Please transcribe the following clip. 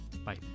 Bye